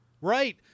Right